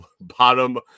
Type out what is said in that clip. bottom